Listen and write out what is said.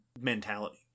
mentality